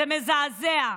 זה מזעזע.